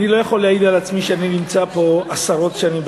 אני לא יכול להעיד על עצמי שאני נמצא פה עשרות שנים,